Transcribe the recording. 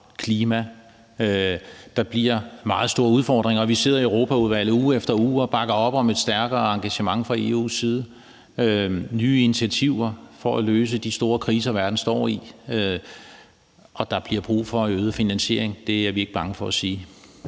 klima. Der bliver meget store udfordringer, og vi sidder i Europaudvalget uge efter uge og bakker op om et stærkere engagement fra EU's side og nye initiativer for at løse de store kriser, verden står i. Og der bliver brug for øget finansiering; det er vi ikke bange for at sige.